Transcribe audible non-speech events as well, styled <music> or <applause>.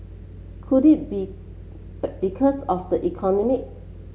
could it be <unintelligible> because of the economy